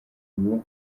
ubu